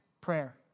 prayer